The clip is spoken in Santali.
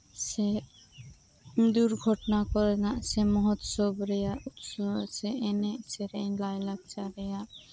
ᱥᱮ ᱫᱩᱨᱜᱷᱚᱴᱚᱱᱟ ᱠᱚᱨᱮᱱᱟᱜ ᱥᱮ ᱢᱚᱦᱩᱛᱥᱚᱵᱽ ᱨᱮᱭᱟᱜ ᱥᱮ ᱮᱱᱮᱡ ᱥᱮᱹᱨᱮᱹᱧ ᱞᱟᱭ ᱞᱟᱠᱪᱟᱨ ᱨᱮᱭᱟᱜ